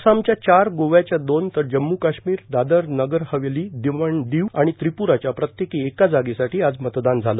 आसामच्या चार गोव्याच्या दोन तर जम्म् काश्मीर दादर नगर हवेली दमण दीव आणि त्रिप्राच्या प्रत्येकी एका जागेसाठी आज मतदान झालं